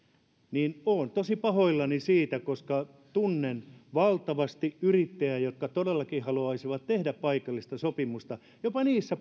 niin olen tosi pahoillani siitä koska tunnen valtavasti yrittäjiä jotka todellakin haluaisivat tehdä paikallista sopimista jopa niissä